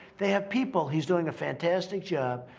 they have people. he's doing a fantastic job.